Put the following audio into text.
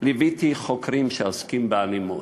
ליוויתי חוקרים שעוסקים באלימות,